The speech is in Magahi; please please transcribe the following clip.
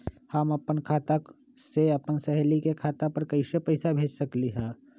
हम अपना खाता से अपन सहेली के खाता पर कइसे पैसा भेज सकली ह?